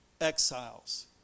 exiles